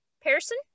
Pearson